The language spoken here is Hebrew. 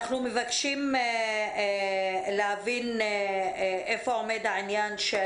אנחנו מבקשים להבין איפה עומד העניין של